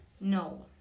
No